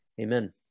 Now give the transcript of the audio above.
Amen